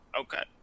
Okay